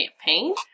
campaign